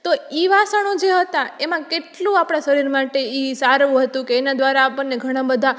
તો ઈ વાસણો જે હતાં એમાં કેટલું આપણે શરીર માટે ઈ સારું હતું કે એના દ્વારા આપણને ઘણાં બધાં